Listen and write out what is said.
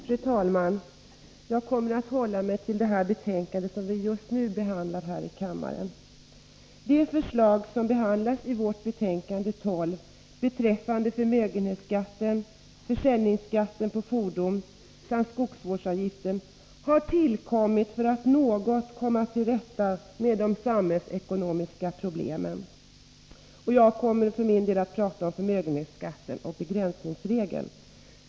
Fru talman! Jag kommer att hålla mig till det betänkande som vi just nu behandlar här i kammaren. De förslag som behandlas i skatteutskottets betänkande 12 beträffande förmögenhetsskatten, försäljningsskatt på fordon samt skogsvårdsavgiften har tillkommit för att något komma till rätta med de samhällsekonomiska problemen. Jag kommer att prata om förmögenhetsskatten och begränsningsregeln.